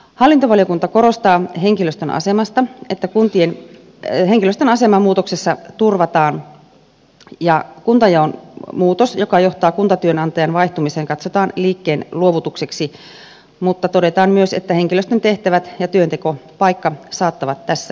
hallintovaliokunta korostaa henkilöstön asemasta että kuntien henkilöstön asema muutoksessa turvataan ja kuntajaon muutos joka johtaa kuntatyönantajan vaihtumiseen katsotaan liikkeen luovutukseksi mutta todetaan myös että henkilöstön tehtävät ja työntekopaikka saattavat tässä muuttua